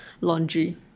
laundry